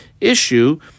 issue